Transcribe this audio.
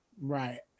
right